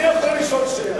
אני יכול לשאול שאלה?